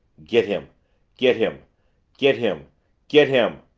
get him get him get him get him!